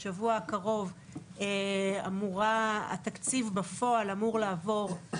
הבנתי שבשבוע הקרוב התקציב בפועל אמור לעבור בוועדת הכספים.